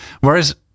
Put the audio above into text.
whereas